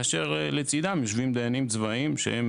כאשר לצידם יושבים דיינים צבאיים שהם